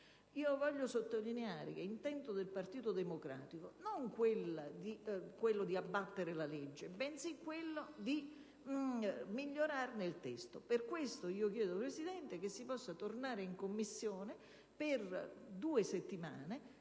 Voglio sottolineare che l'intento del Partito Democratico non è quello di abbattere la legge, ma quello di migliorarne il testo. Per questo, chiedo, Presidente, che si possa tornare in Commissione per due settimane